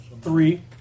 Three